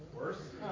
worse